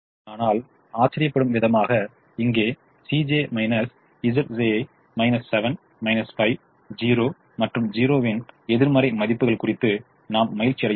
ஆனால் ஆச்சரியப்படும் விதமாக இங்கே 7 5 0 மற்றும் 0 இன் எதிர்மறை மதிப்புகள் குறித்து நாம் மகிழ்ச்சியடைகிறோம்